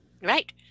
right